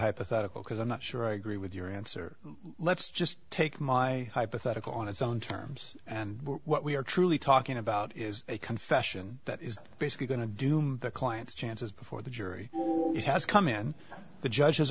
hypothetical because i'm not sure i agree with your answer let's just take my hypothetical on its own terms and what we are truly talking about is a confession that is basically going to doom the client's chances before the jury has come in the judge